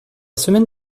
semaine